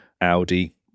Audi